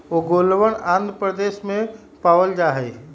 ओंगोलवन आंध्र प्रदेश में पावल जाहई